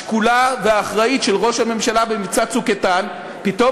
השקולה והאחראית של ראש הממשלה במבצע "צוק איתן" פתאום